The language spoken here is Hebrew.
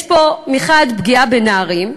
יש פה מחד גיסא פגיעה בנערים,